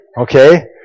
Okay